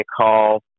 call